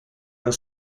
are